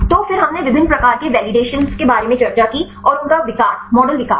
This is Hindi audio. तो फिर हमने विभिन्न प्रकार के वेलिडेशनों के बारे में चर्चा की और उनका विकास मॉडल विकास